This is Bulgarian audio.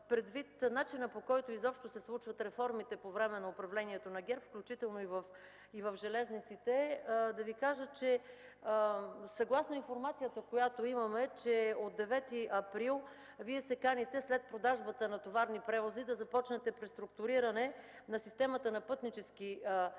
начина, по който изобщо се случват реформите по време на управлението на ГЕРБ, включително и в железниците, да Ви кажа, че съгласно информацията, която имам, от 9 април Вие се каните след продажбата на „Товарни превози” да започнете преструктуриране на системата на „Пътнически превози”.